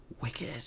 wicked